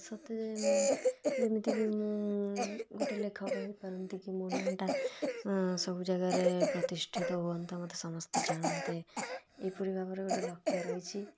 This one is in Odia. ସତ ଯେମିତିକି ମୁଁ ଗୋଟେ ଲେଖକ ହେଇପାରନ୍ତି କି ମୋ ନାଁଟା ସବୁ ଜାଗାରେ ପ୍ରତିଷ୍ଠିତ ହୁଅନ୍ତା ମୋତେ ସମସ୍ତେ ଜାଣନ୍ତେ ଏହିପରି ଭାବରେ ଗୋଟେ ଲକ୍ଷ୍ୟ ରହିଛି